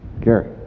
Gary